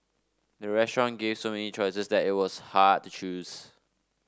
the restaurant gave so many choices that it was hard to choose